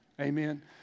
Amen